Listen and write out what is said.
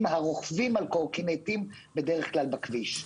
הרוכבים על קורקינטים בדרך כלל בכביש,